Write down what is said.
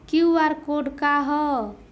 QR code का ह?